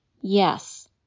yes